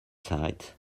sight